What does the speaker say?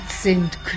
sind